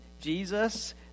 Jesus